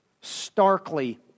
starkly